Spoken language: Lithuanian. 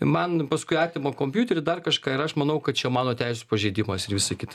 man paskui atima kompiuterį dar kažką ir aš manau kad čia mano teisių pažeidimas ir visa kita